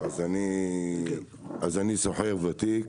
אז אני סוחר ותיק,